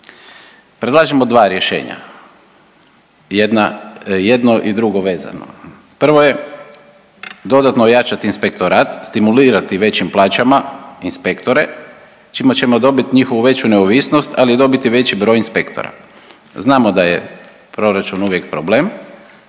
Predlažemo dva rješenja. Jedno i drugo vezano. Prvo je dodatno ojačati inspektorat, stimulirati većim plaćama inspektore čime ćemo dobiti njihovu veću neovisnost, ali i dobiti veći broj inspektora. Znamo da je proračun uvijek problem,